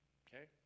okay